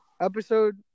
Episode